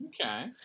Okay